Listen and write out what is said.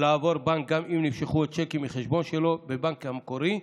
לעבור בנק גם אם נמשכו צ'קים מהחשבון שלו בבנק המקורי,